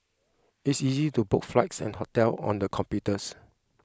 it is easy to book flights and hotels on the computers